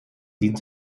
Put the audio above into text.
dient